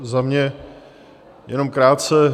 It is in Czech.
Za mě jenom krátce.